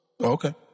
okay